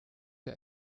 der